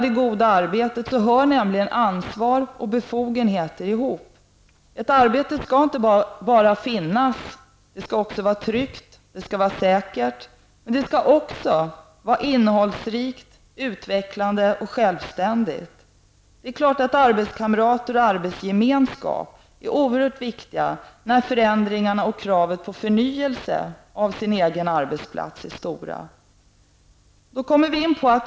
I ''det goda arbetet'' hör ansvar och befogenheter ihop. Ett arbete skall inte bara vara tryggt och säkert utan också innehållsrikt, utvecklande och självständigt. Det är klart att arbetskamrater och arbetsgemenskap är särskilt viktigt, när förändringarna och kravet på förnyelse av det egna arbetet är stora.